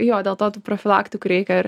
jo dėl to profilaktikų reikia ir